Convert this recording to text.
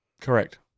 correct